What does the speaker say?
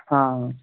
हां